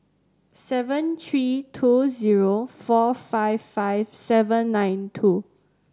seven three two zero four five five seven nine two